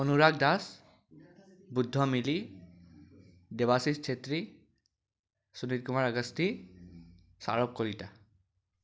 অনুৰাগ দাস বুদ্ধ মেধি দেবাশীস ছেত্ৰী সুনিত কুমাৰ আগষ্টি চাৰক কলিতা